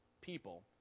people